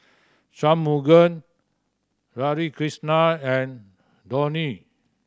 Shunmugam Radhakrishnan and Dhoni